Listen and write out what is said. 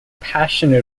passionate